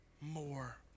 more